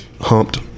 humped